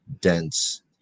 dense